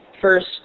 first